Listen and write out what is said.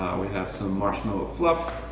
we have some marshmallow fluff,